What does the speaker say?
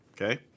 okay